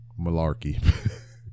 malarkey